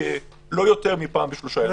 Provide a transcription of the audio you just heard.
לא יותר מפעם בשלושה ימים.